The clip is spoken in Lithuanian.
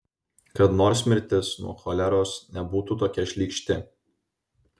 kad nors mirtis nuo choleros nebūtų tokia šlykšti